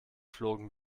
flogen